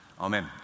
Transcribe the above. Amen